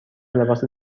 لباس